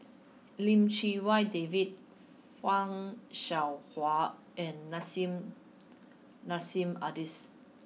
Lim Chee Wai David Fan Shao Hua and Nissim Nassim Adis